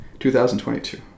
2022